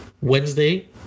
Wednesday